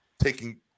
taking